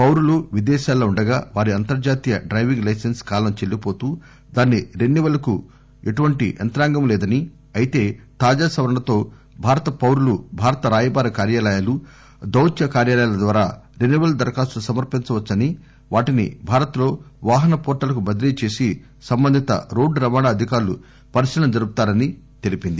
పౌరులు విదేశాల్లో ఉండగా వారి అంతర్జాతీయ డైవింగ్ లైసెన్స్ కాలం చెల్లిపోతూ దాన్ని రెన్యువల్ కు ఎటువంటి యంత్రాంగమూ లేదని అయితే తాజా సవరణతో భారత పౌరులు భారత రాయబార కార్యాలు దౌత్య కార్యాలయాల ద్వారా రెన్యువల్ దరఖాస్తులు సమర్పించవచ్చని వాటిని భారళ్లో వాహన పోర్టల్ కు బదిలీ చేసి సంబంధిత రోడ్డు రవాణా అధికారులు పరిశీలన జరుపుతారని తెలిపింది